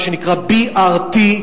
מה שנקרא:BRT,